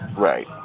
Right